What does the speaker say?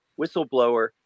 whistleblower